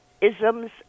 isms